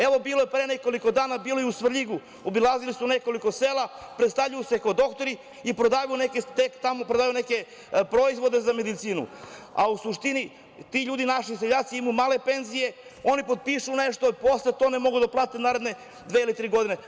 Evo, bilo je pre nekoliko dana, bilo je u Svrljigu, obilazili su nekoliko sela, predstavljaju se kao doktori i prodaju tamo neke proizvode za medicinu, a u suštini ti ljudi naši seljaci imaju male penzije, oni potpišu nešto, posle to ne mogu da otplate naredne dve ili tri godine.